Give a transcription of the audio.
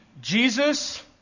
Jesus